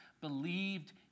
believed